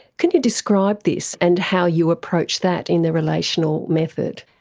can you describe this and how you approach that in the relational method?